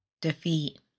defeat